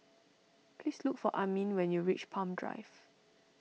please look for Amin when you reach Palm Drive